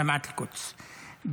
אוניברסיטת אל-קודס,